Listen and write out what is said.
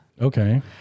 Okay